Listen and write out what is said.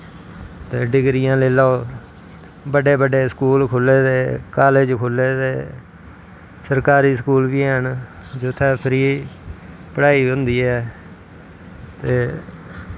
ते डिग्रियां लेई लैओ बड्डे बड्डे स्कूल खुल्ले दे कालेज़ खुल्ले दे सरकारी स्कूल बी हैन जित्थें फ्री पढ़ाई होंदी ऐ ते